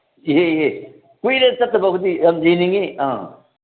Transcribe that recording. ꯏꯍꯦ ꯏꯍꯦ ꯀꯨꯏꯔꯦ ꯆꯠꯇꯕ ꯑꯩꯈꯣꯏꯗꯤ ꯌꯥꯝ ꯌꯦꯡꯅꯤꯡꯉꯤ ꯑ